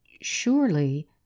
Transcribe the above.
surely